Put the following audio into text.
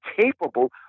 capable